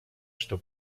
что